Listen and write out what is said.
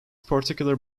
particular